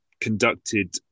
conducted